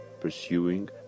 pursuing